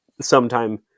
sometime